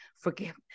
forgiveness